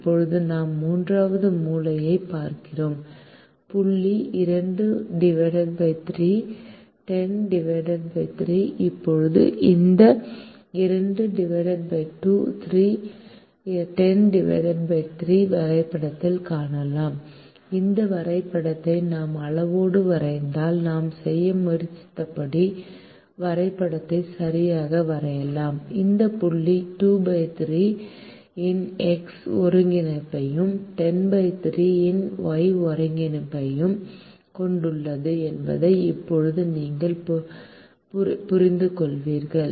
இப்போது நாம் மூன்றாவது மூலையைப் பார்க்கிறோம் புள்ளி 23 103 இப்போது இந்த 23 103 வரைபடத்தில் காணலாம் இந்த வரைபடத்தை நாம் அளவோடு வரைந்தால் நாம் செய்ய முயற்சித்தபடி வரைபடத்தை சரியாக வரையலாம் இந்த புள்ளி 23 இன் எக்ஸ் ஒருங்கிணைப்பையும் 103 இன் Y ஒருங்கிணைப்பையும் கொண்டுள்ளது என்பதை இப்போது நீங்கள் புரிந்துகொள்கிறீர்கள்